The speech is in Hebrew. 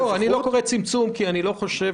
אני לא קורא צמצום, כי אני לא חושב